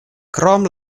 krom